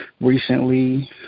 recently